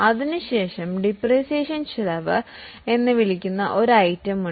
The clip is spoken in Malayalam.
അതിനുശേഷം ഡിപ്രീസിയേഷൻ എക്സ്പെൻസ് എന്ന് വിളിക്കുന്ന ഒരു ഇനമുണ്ട്